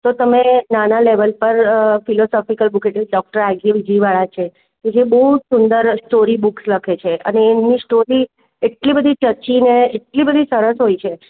તો તમે નાના લેવલ પર ફિલોસોફિકલ ડૉ આઈ જે વીજળીવાળા છે કેજે બહુ સુંદર સ્ટોરી બુક્સ લખે છે અને એમની સ્ટોરી એટલી બધી ટચીને એટલી બધી સરસ હોય છે